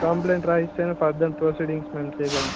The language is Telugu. కంప్లయింట్ రాసిస్తేనే ఫర్దర్ ప్రొసీడింగ్స్ మేము చేయగలం